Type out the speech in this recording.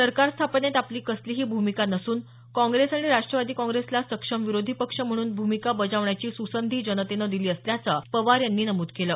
सरकार स्थापनेत आपली कसलीही भूमिका नसून काँग्रेस आणि राष्ट्रवादी काँग्रेसला सक्षम विरोधी पक्ष म्हणून भूमिका बजावण्याची सुसंधी जनतेनं दिली असल्याचं पवार यांनी नमूद केलं